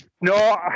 No